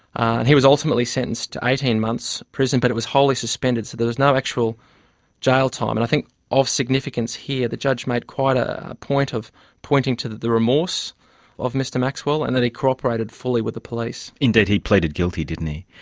and he was ultimately sentenced to eighteen months' prison, but it was wholly suspended, so there was no actual jail time, and i think of significance here, the judge made quite a point of pointing to the the remorse of mr maxwell and that he cooperated fully with the police. indeed he pleaded guilty, didn't he?